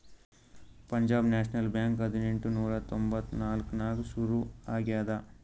Punjab national bank ಹದಿನೆಂಟ್ ನೂರಾ ತೊಂಬತ್ತ್ ನಾಕ್ನಾಗ್ ಸುರು ಆಗ್ಯಾದ